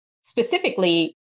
specifically